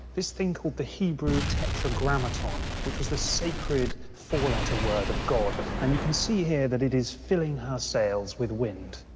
this thing called the hebrew tetragrammaton, which was the sacred four-letter word of god, and you can see here that it is filling her sails with wind.